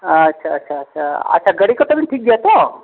ᱟᱪᱪᱷᱟ ᱟᱪᱪᱷᱟ ᱟᱪᱪᱷᱟ ᱟᱪᱪᱷᱟ ᱜᱟᱹᱰᱤ ᱠᱚᱛᱮᱢ ᱴᱷᱤᱠ ᱜᱮᱭᱟ ᱛᱚ